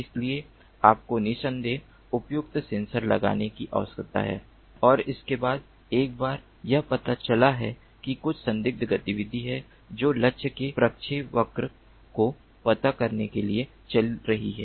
इसलिए आपको निसंदेह उपयुक्त सेंसर लगाने की आवश्यकता है और उसके बाद एक बार यह पता चला है कि कुछ संदिग्ध गतिविधि है जो लक्ष्य के प्रक्षेपवक्र को पता करने के लिए चल रही है